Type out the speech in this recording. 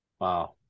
Wow